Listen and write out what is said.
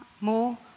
More